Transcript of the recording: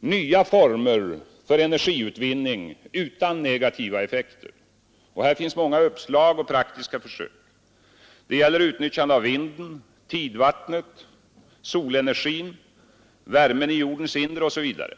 nya former för energiutvinning utan negativa effekter. Här finns många uppslag och praktiska försök. Det gäller utnyttjande av vinden, tidvattnet, solenergin, värmen i jordens inre m.m.